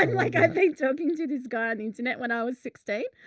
um like, i think talking to this guy in the internet when i was sixteen.